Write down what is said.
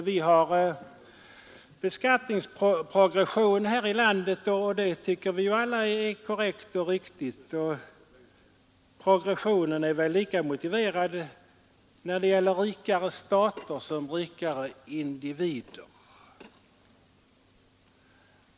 Vi har beskattningsprogression här i landet, och det tycker vi ju alla är korrekt. Progressionen är väl lika motiverad när det gäller rikare stater som när det gäller rikare individer.